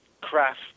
craft